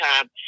time